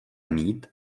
mít